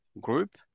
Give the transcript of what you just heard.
group